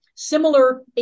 Similar